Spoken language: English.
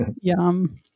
yum